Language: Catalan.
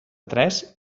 tres